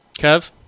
Kev